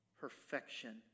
perfection